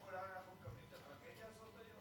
ברמת-הגולן אנחנו מקבלים את הטרגדיה הזאת היום?